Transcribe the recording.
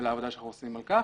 SDGsולעבודה שאנחנו עושים על כך.